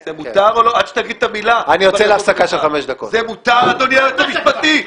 לצערי, אני צריך להסתפק ברביזיה רק על הצעת